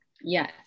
yes